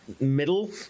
middle